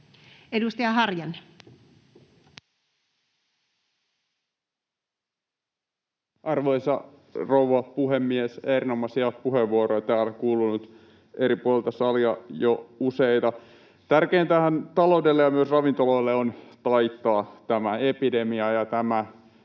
14:02 Content: Arvoisa rouva puhemies! Erinomaisia puheenvuoroja on täällä kuulunut eri puolilta salia jo useita. Tärkeintähän taloudelle ja myös ravintoloille on taittaa tämä epidemia, ja tämä